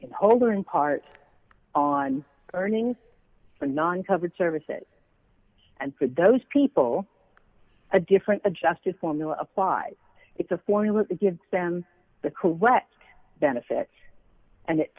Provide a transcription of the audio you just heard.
in whole or in part on earnings for non covered services and for those people a different adjusted formula applied it's a formula that gives them the correct benefit and it